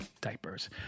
diapers